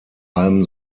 allem